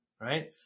right